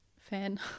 fan